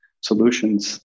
solutions